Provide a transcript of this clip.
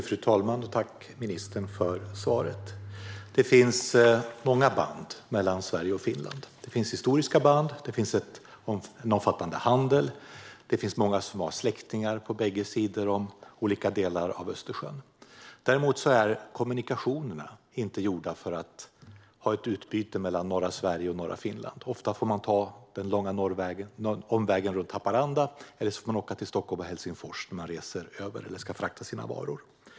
Fru talman! Tack, ministern, för svaret! Det finns många band mellan Sverige och Finland. Det finns historiska band och en omfattande handel, och många har släktingar på bägge sidor av Östersjön. Däremot är kommunikationerna inte gjorda för att ha ett utbyte mellan norra Sverige och norra Finland. Ofta får man ta den långa omvägen runt Haparanda eller åka till Stockholm eller Helsingfors när man reser över eller ska frakta sina varor.